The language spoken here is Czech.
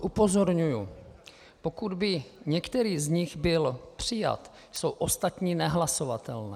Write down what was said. Upozorňuji, pokud by některý z nich byl přijat, jsou ostatní nehlasovatelné.